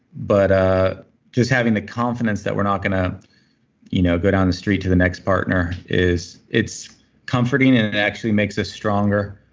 but ah just having the confidence that we're not going to you know go down the street to the next partner, it's comforting and it actually makes us stronger